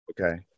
okay